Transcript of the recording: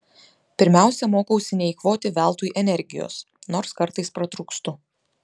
pirmiausia mokausi neeikvoti veltui energijos nors kartais pratrūkstu